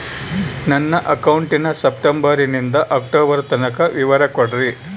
ನನ್ನ ಅಕೌಂಟಿನ ಸೆಪ್ಟೆಂಬರನಿಂದ ಅಕ್ಟೋಬರ್ ತನಕ ವಿವರ ಕೊಡ್ರಿ?